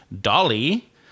Dolly